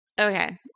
Okay